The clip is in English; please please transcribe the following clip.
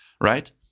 right